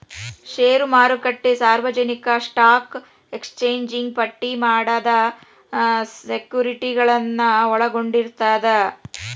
ಷೇರು ಮಾರುಕಟ್ಟೆ ಸಾರ್ವಜನಿಕ ಸ್ಟಾಕ್ ಎಕ್ಸ್ಚೇಂಜ್ನ್ಯಾಗ ಪಟ್ಟಿ ಮಾಡಿದ ಸೆಕ್ಯುರಿಟಿಗಳನ್ನ ಒಳಗೊಂಡಿರ್ತದ